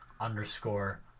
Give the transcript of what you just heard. underscore